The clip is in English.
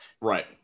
right